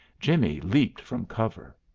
jimmie leaped from cover.